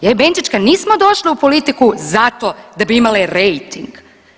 Ja i Benčićka nismo došle u politiku zato da bi imale rejting.